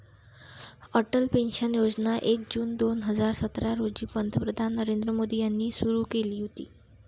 Atal pension योजना एक June दोन हजार सतरा रोजी पंतप्रधान नरेंद्र मोदी यांनी सुरू केली होती